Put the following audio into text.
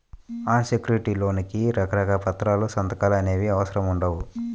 అన్ secured లోన్లకి రకరకాల పత్రాలు, సంతకాలు అనేవి అవసరం ఉండవు